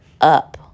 up